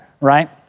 right